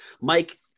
Mike